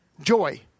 joy